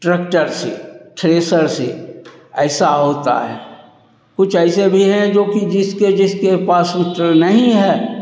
tractor से thresher से ऐसा होता है कुछ ऐसे भी हैं जो की जिसके जिसके पास नहीं है